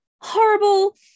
horrible